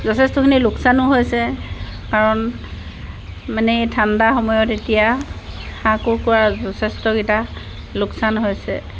যথেষ্টখিনি লোকচানো হৈছে কাৰণ মানে ঠাণ্ডা সময়ত এতিয়া হাঁহ কুকুৰা যথেষ্টকেইটা লোকচান হৈছে